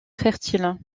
fertiles